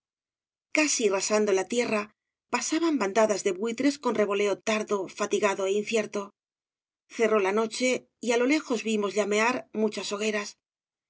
casi rasando la tierra pasaban bandadas de buitres con revoloteo tardo fatigado é incierto cerró la noche y á lo lejos vimos llamear muchas hogueras